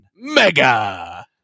Mega